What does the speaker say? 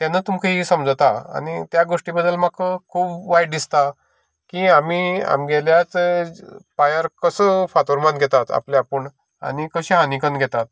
तेन्ना तुमकां ही समजता आनी त्या गोश्टी बद्दल म्हाका खूब वायट दिसता की आमी आमगेल्यात पांयार कसो फातर मारून घेता आपल्या आपूण आनी कशें हानी करून घेतात